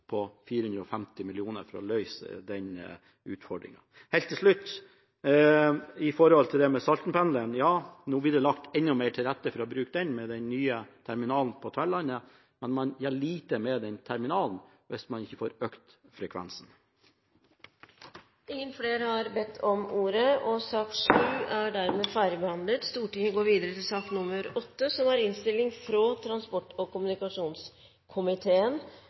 på 450 mill. kr for å løse den utfordringen. Helt til slutt, når det gjelder dette med Salten-pendelen: Ja, nå blir det lagt enda mer til rette for å bruke den, med den nye terminalen på Tverlandet, men man gjør lite med den terminalen hvis man ikke får økt frekvensen. Flere har ikke bedt om ordet til sak nr. 7. Etter ønske fra transport- og kommunikasjonskomiteen vil presidenten foreslå at taletiden blir begrenset til 5 minutter til hver partigruppe og